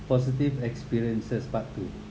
positive experiences part two